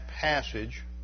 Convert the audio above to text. passage